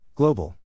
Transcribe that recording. Global